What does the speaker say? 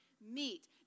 meet